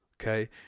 okay